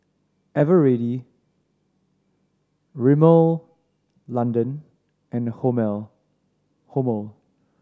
Eveready Rimmel London and Hormel